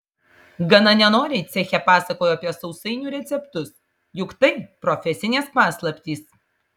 gana nenoriai ceche pasakojo apie sausainių receptus juk tai profesinės paslaptys